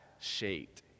shaped